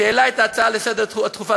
שהעלה את ההצעה לסדר-היום,